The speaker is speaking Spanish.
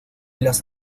los